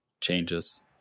changes